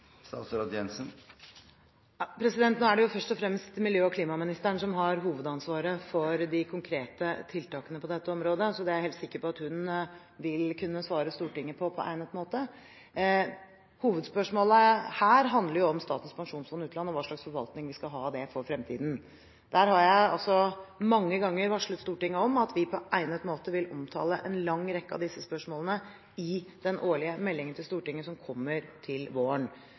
Nå er det først og fremst miljø- og klimaministeren som har hovedansvaret for de konkrete tiltakene på dette området, så det er jeg helt sikker på at hun vil kunne svare Stortinget på på egnet måte. Hovedspørsmålet her handler jo om Statens pensjonsfond utland og hva slags forvaltning vi skal ha av det i fremtiden, og jeg har altså mange ganger varslet Stortinget om at vi på egnet måte vil omtale en lang rekke av disse spørsmålene i den årlige meldingen til Stortinget som kommer til våren.